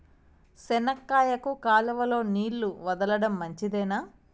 చెనక్కాయకు కాలువలో నీళ్లు వదలడం మంచిదేనా?